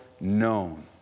known